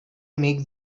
make